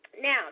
Now